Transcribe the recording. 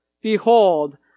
behold